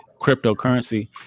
cryptocurrency